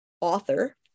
author